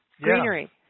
Greenery